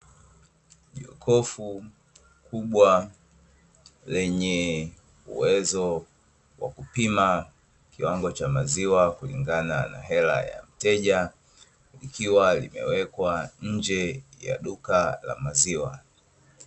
Jokofu kubwa lenye uwezo wa kupima kiwango cha maziwa kulingana na hela ya mteja, likiwa limewekwa nje ya duka la maziwa.